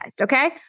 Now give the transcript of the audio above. okay